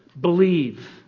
Believe